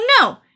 no